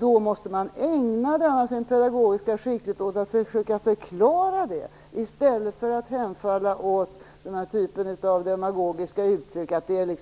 Då måste man ägna denna sin pedagogiska skicklighet åt att försöka förklara det, i stället för att hemfalla åt demagogiska uttryck